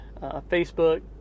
facebook